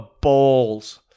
balls